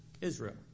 Israel